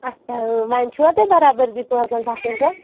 اچھا وۅنۍ چھُوا تۄہہِ برابر دنۍ پانٛژَن ساسَن پٮ۪ٹھ